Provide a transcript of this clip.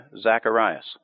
Zacharias